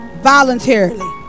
Voluntarily